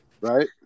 Right